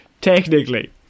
technically